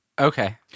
Okay